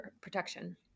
protection